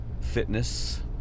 fitness